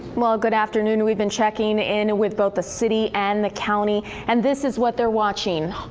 well, good afternoon. we've been checking in with both the city and the county, and this is what they're watching.